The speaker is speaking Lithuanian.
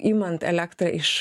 imant elektrą iš